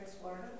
Florida